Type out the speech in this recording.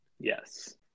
Yes